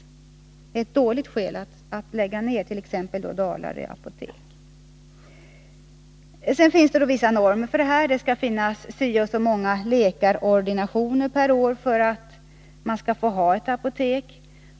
Det är ett dåligt skäl för att lägga ned t.ex. Dalarö apotek. Sedan finns det vissa normer. Det skall finnas ett visst antal läkarordinationer per år för att man skall få ha ett apotek.